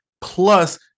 plus